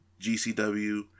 GCW